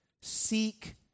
Seek